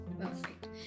Perfect